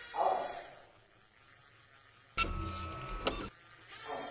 हॅं हॅं